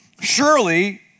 Surely